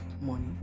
money